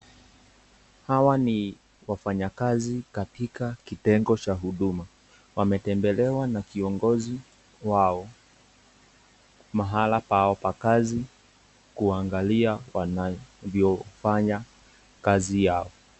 Hawa ni wafanyikazi katika kitengo cha huduma. Wametembelewa na viongozi wao mahali pao pa kazi kuangalia wanavyofanya kazi yao.